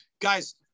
Guys